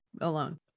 alone